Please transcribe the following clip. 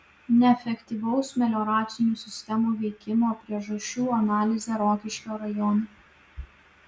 neefektyvaus melioracinių sistemų veikimo priežasčių analizė rokiškio rajone